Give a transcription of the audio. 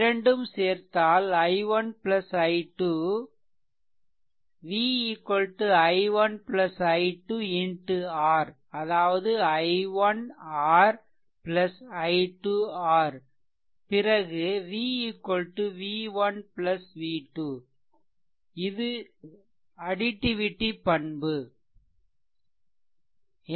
இரண்டும் சேர்ந்தால் i1 i2 v i1 i2 R அதாவது i1 R i2 R பிறகு v v1 v2 இது அடிடிவிடி பண்பு additivity property